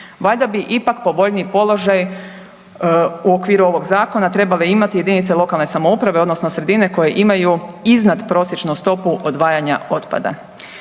Valjda bi ipak povoljniji položaj u okviru ovog zakona trebale imati JLS-ovi odnosno sredine koje imaju iznadprosječnu stopu odvajanja otpada.